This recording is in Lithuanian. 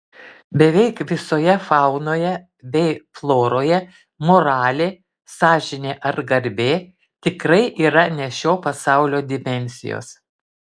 beveik visoje faunoje bei floroje moralė sąžinė ar garbė tikrai yra ne šio pasaulio dimensijos